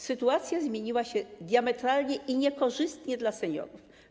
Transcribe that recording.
Sytuacja zmieniła się diametralnie i niekorzystnie dla seniorów.